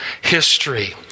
history